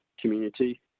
community